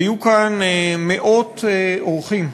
היו כאן מאות אורחים,